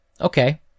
Okay